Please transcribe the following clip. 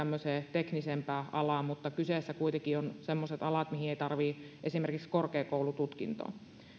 teknisempään alaan mutta kyseessä kuitenkin ovat semmoiset alat mihin ei tarvitse esimerkiksi korkeakoulututkintoa